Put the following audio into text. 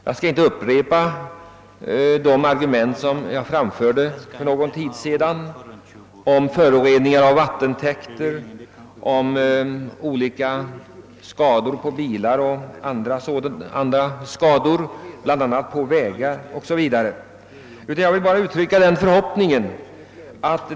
Jag skall inte upprepa de argument jag framförde för en tid sedan beträffande förorening av vattentäkter, skador på bilar, vägar m.m. som vägsaltet förorsakar.